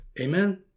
amen